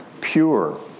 Pure